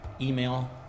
email